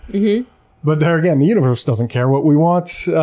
yeah but there again, the universe doesn't care what we want.